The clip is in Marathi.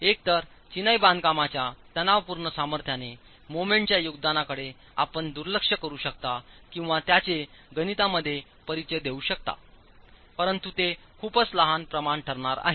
एकतर चिनाई बांधकाम च्या तणावपूर्ण सामर्थ्याने मोमेंटच्या योगदानाकडे आपण दुर्लक्ष करू शकता किंवा त्यांचे गणितांमध्ये परिचय देऊ शकता परंतु ते खूपच लहान प्रमाण ठरणार आहे